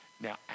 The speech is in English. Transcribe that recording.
now